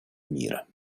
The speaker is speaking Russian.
мира